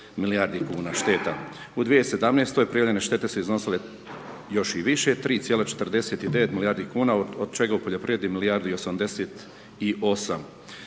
milijardi kuna šteta. U 2017. prijavljene štete su iznosile još i više, 3,49 milijardi kuna, od čega u poljoprivredi 1,88. U 2018. visina